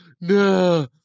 no